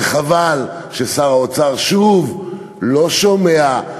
וחבל ששר האוצר שוב לא שומע,